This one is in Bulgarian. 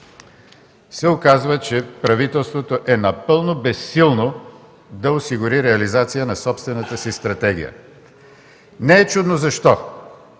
се оказва, че правителството е напълно безсилно да осигури реализация на собствената си стратегия. Не е чудно защо!